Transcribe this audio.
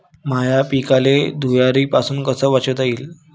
माह्या पिकाले धुयारीपासुन कस वाचवता येईन?